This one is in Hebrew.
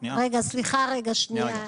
סליחה רגע שניה,